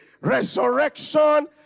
resurrection